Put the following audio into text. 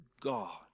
God